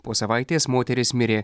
po savaitės moteris mirė